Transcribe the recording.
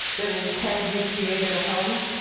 in ted you've created a home.